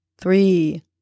three